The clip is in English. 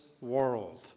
world